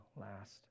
last